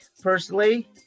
personally